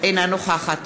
אינה נוכחת